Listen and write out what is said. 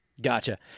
gotcha